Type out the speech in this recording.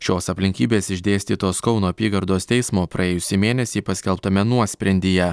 šios aplinkybės išdėstytos kauno apygardos teismo praėjusį mėnesį paskelbtame nuosprendyje